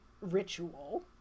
ritual